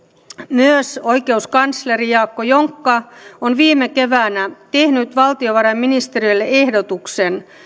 myös oikeuskansleri jaakko jonkka on viime keväänä tehnyt valtiovarainministeriölle ehdotuksen